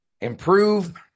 improve